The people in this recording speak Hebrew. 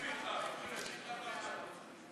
הולכים אתך.